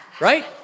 Right